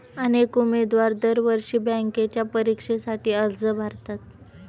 अनेक उमेदवार दरवर्षी बँकेच्या परीक्षेसाठी अर्ज भरतात